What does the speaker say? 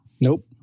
Nope